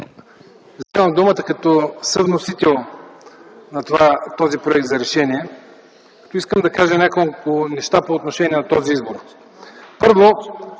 Вземам думата като съвносител на този проект за решение. Искам да кажа няколко неща по отношение на този избор. Първо,